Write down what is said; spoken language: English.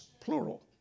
plural